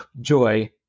joy